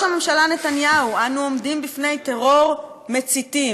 הממשלה נתניהו: "אנו עומדים בפני טרור מציתים".